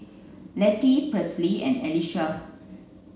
Lettie Presley and Alysha